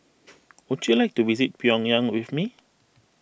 would you like to visit Pyongyang with me